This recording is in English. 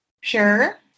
Sure